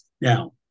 Now